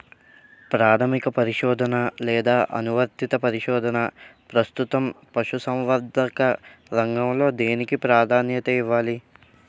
ప్రాథమిక పరిశోధన లేదా అనువర్తిత పరిశోధన? ప్రస్తుతం పశుసంవర్ధక రంగంలో దేనికి ప్రాధాన్యత ఇవ్వాలి?